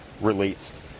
released